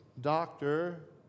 Doctor